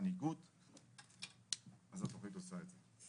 מנהיגות וזאת תוכנית הסייבר.